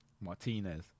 Martinez